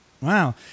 wow